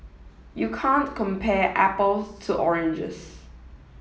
you can't compare apples to oranges